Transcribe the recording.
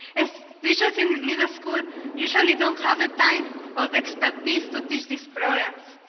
as teachers in middle school usually don't have the time or the expertise to teach these programs.